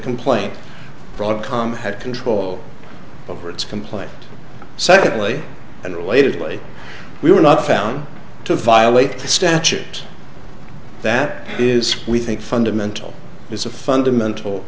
complaint broadcom had control over its complaint secondly and relatedly we were not found to violate the statute that is we think fundamental is a fundamental